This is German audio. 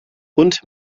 und